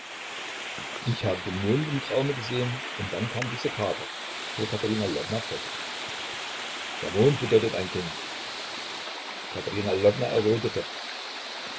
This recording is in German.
ich habe den mond im traume gesehen und dann kam dieser kater fuhr katerina lwowna fort der mond bedeutet ein kind katerina lwowna errötete